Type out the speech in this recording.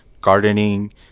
gardening